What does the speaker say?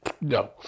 No